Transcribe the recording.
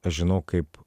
aš žinau kaip